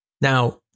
Now